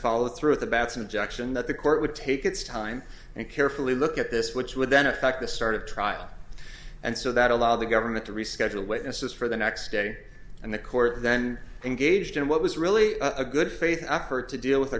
followed through the batsman jackson that the court would take its time and carefully look at this which would then affect the start of trial and so that allow the government to reschedule witnesses for the next day and the court then engaged in what was really a good faith effort to deal with